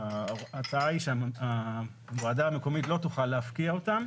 ההצעה היא שהוועדה המקומית לא תוכל להפקיע אותם